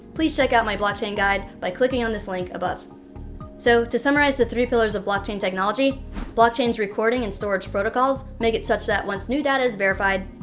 please check out my blockchain guide by clicking on this link. so, to summarize the three pillars of blockchain technology blockchain's recording and storage protocols make it such that once new data is verified,